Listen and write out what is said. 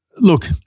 look